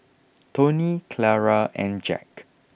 Tony Clara and Jack